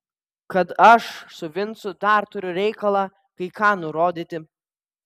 kad aš su vincu dar turiu reikalą kai ką nurodyti